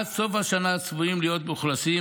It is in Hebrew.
עד סוף השנה צפויות להיות מאוכלסות